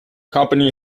company